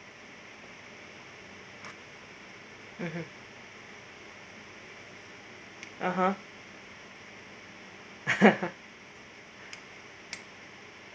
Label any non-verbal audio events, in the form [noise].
mmhmm (uh huh) [laughs]